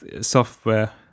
software